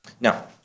Now